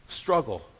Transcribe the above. struggle